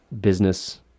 business